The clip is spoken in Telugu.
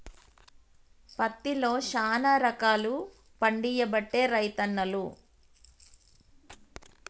పత్తిలో శానా రకాలు పండియబట్టే రైతన్నలు